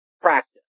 practice